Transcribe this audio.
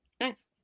Nice